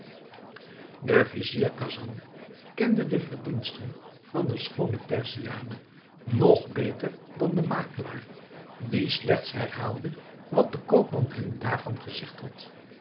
de vizier khasan kende de verdiensten van de schoone perziane nog beter dan de makelaar die slechts herhaalde wat de koopman hem daarvan gezegd had